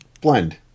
blend